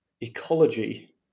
Ecology